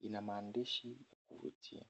ina maandishi Gucci.